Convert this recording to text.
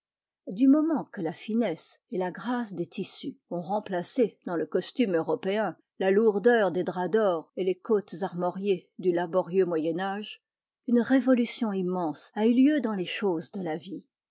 du moment que la finesse et la grâce des tissus ont remplacé dans le costume européen la lourdeur des draps d'or et les cottes armoriées du laborieux moyen âge une révolution immense a eu lieu dans les choses de la vie